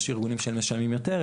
יש ארגונים שמשלמים יותר,